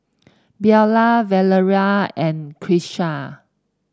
Bella Valeria and Kisha